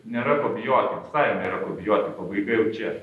nėra ko bijoti visai nėra ko bijoti pabaiga jau čia